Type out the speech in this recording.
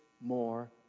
more